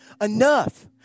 enough